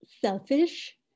Selfish